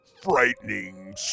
Frightening